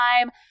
time